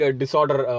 disorder